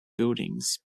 buildings